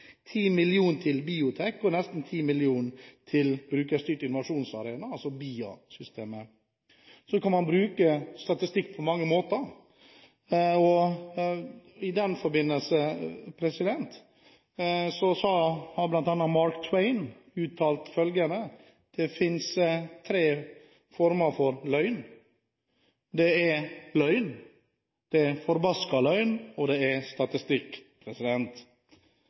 til BioTek og nesten 10 mill. kr til Brukerstyrt innovasjonsarena, altså BIA-systemet. Man kan bruke statistikk på mange måter. I den forbindelse har Mark Twain uttalt at det finnes tre former for løgn: Det er løgn, det er forbasket løgn, og det er statistikk.